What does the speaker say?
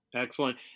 Excellent